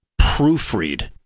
proofread